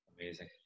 amazing